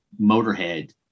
Motorhead